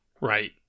Right